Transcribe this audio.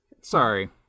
Sorry